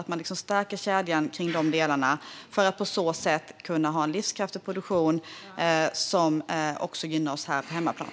Vi måste liksom stärka kedjan kring de delarna för att på så sätt kunna ha en livskraftig produktion som också gynnar oss här på hemmaplan.